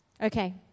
Okay